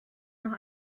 noch